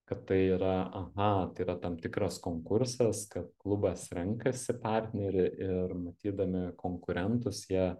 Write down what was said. kad tai yra aha tai yra tam tikras konkursas kad klubas renkasi partnerį ir matydami konkurentus jie